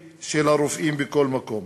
הרופאים בכל מקום.